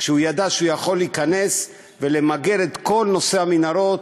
כשהוא ידע שהוא יכול להיכנס ולמגר את כל נושא המנהרות,